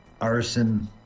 arson